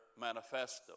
manifesto